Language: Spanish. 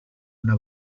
una